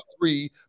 three